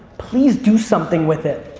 please do something with it,